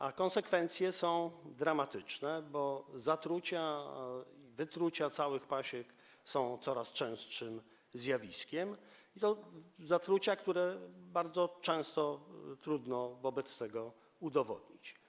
A konsekwencje są dramatyczne, bo zatrucia, wytrucia całych pasiek są coraz powszechniejszym zjawiskiem, zatrucia, które bardzo często trudno wobec tego udowodnić.